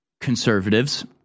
conservatives